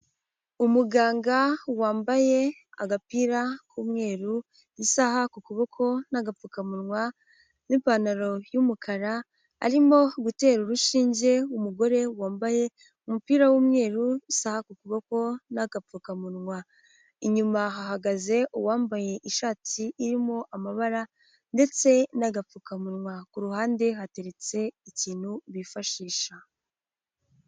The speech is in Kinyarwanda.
Umuganga wambaye agapira k'umweru, isaha ku kuboko n'agapfukamunwa n'ipantaro y'umukara, arimo gutera urushinge umugore wambaye umupira w'umweru n'isaha ku kuboko n'agapfukamunwa, inyuma hahagaze uwambaye ishati irimo amabara ndetse n'agapfukamunwa, ku ruhande hateretse ikintu bifashisha.